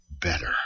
better